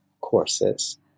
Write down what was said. Courses